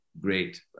great